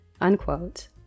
Unquote